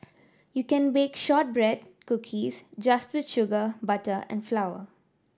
you can bake shortbread cookies just with sugar butter and flour